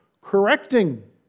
correcting